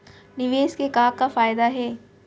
निवेश के का का फयादा हे?